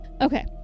Okay